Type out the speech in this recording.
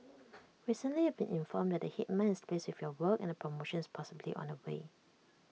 recently you've been informed that the Headman is pleased with your work and A promotion is possibly on the way